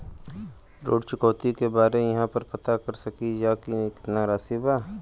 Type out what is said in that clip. ऋण चुकौती के बारे इहाँ पर पता कर सकीला जा कि कितना राशि बाकी हैं?